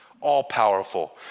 all-powerful